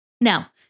Now